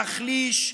להחליש,